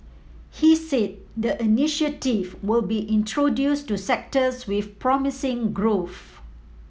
he said the initiative will be introduced to sectors with promising growth